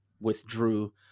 withdrew